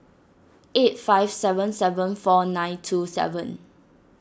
eight five seven seven four nine two seven